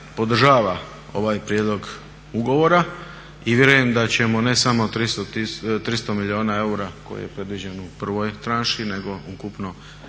podržava ovaj Prijedlog ugovora i vjerujem da ćemo ne samo 300 milijuna eura koje je predviđeno u prvoj tranši nego ukupno